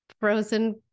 frozen